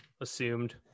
assumed